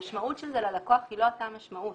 המשמעות של זה ללקוח היא לא אותה משמעות.